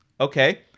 Okay